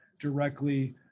directly